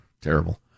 Terrible